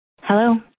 Hello